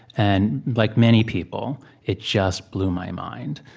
and like many people, it just blew my mind.